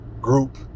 group